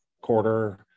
quarter